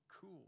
cool